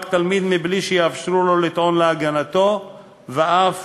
תלמיד מבלי שיאפשרו לו לטעון להגנתו ואף